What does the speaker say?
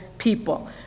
People